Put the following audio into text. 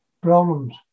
problems